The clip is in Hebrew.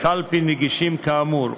קלפי נגישים כאמור,